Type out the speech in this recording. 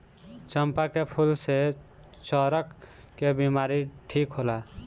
चंपा के फूल से चरक के बिमारी ठीक होला